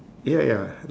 ya ya